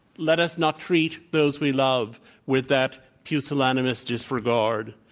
let us not treat those we love with that pusillanimous disregard.